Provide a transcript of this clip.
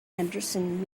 anderson